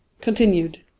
Continued